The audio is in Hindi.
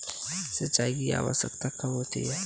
सिंचाई की आवश्यकता कब होती है?